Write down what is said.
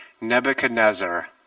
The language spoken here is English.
nebuchadnezzar